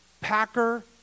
Packer